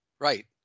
Right